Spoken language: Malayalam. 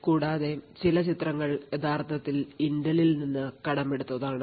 കൂടാതെ ചില ചിത്രങ്ങൾ യഥാർത്ഥത്തിൽ ഇന്റലിൽ നിന്ന് കടമെടുത്തതാണ്